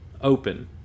open